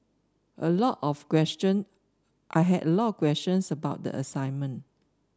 a lot of question I had a lot of questions about the assignment